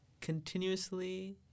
continuously